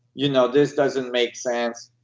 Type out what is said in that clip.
you know this doesn't make sense.